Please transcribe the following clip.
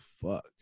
fuck